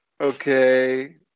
Okay